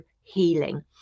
healing